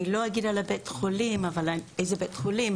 אני לא אגיד איזה בית החולים,